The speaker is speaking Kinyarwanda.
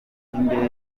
ry’indege